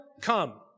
come